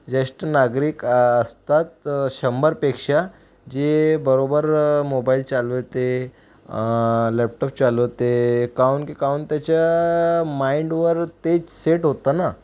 ज्येष्ठ नागरिक असतात शंभरपेक्षा जे बरोबर मोबाईल चालवते लॅपटॉप चालवते काउन के काउन तेच्या माईंडवर तेच सेट होतं ना